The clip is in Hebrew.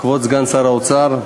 כבוד סגן שר האוצר,